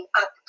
up